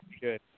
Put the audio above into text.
good